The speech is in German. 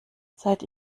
seit